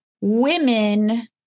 women